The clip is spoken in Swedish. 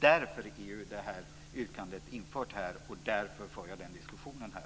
Därför är detta yrkande infört här, och därför för jag den diskussionen här.